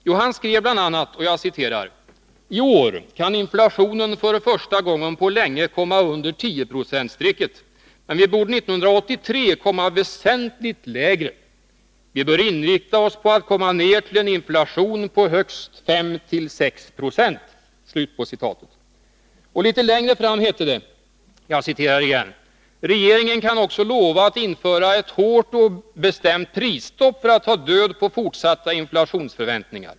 Jo, han skrev bl.a.: ”I år kan inflationen för första gången på länge komma under 10 procentstrecket, men vi borde 1983 komma väsentligt lägre. Vi bör inrikta oss på att komma ner till en inflation på högst 5-6 procent.” Och litet längre fram hette det: ”Regeringen kan också lova att införa ett hårt och bestämt prisstopp för att ta död på fortsatta inflationsförväntningar.